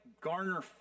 garner